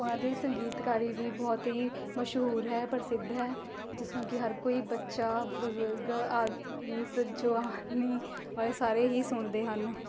ਉਨ੍ਹਾਂ ਦੀ ਸੰਗੀਤਕਾਰੀ ਵੀ ਬਹੁਤ ਹੀ ਮਸ਼ਹੂਰ ਹੈ ਪ੍ਰਸਿੱਧ ਹੈ ਜਿਸਨੂੰ ਕਿ ਹਰ ਕੋਈ ਬੱਚਾ ਬਜ਼ੁਰਗ ਆਦਿ ਜਵਾਨੀ ਵਾਲ਼ੇ ਸਾਰੇ ਹੀ ਸੁਣਦੇ ਹਨ